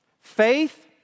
Faith